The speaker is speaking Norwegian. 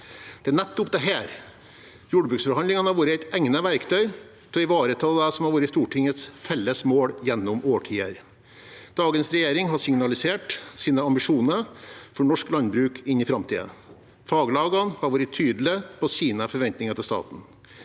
Det er nettopp dette. Jordbruksforhandlingene har vært et egnet verktøy til å ivareta det som har vært Stortingets felles mål gjennom årtier. Dagens regjering har signalisert sine ambisjoner for norsk landbruk inn i framtiden. Faglagene har vært tydelig på sine forventninger til staten.